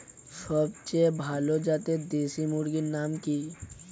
সবচেয়ে ভালো জাতের দেশি মুরগির নাম কি?